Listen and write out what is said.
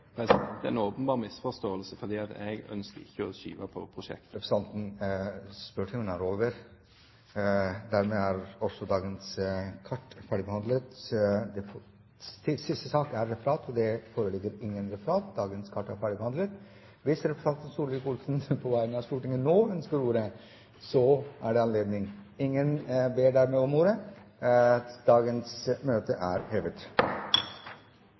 En åpenbar misforståelse – jeg ønsker ikke å skyve på prosjekter. Til representanten – spørretimen er over. Spørsmål 10 er besvart tidligere. Dermed er sak nr. 2 ferdigbehandlet. Det foreligger ikke noe referat. Dermed er dagens kart ferdigbehandlet. Hvis representanten Solvik-Olsen nå ønsker ordet, er det anledning til det. – Ingen har bedt om ordet. Dagens møte er hevet.